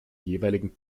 jeweiligen